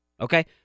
Okay